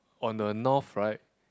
on the North right